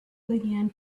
began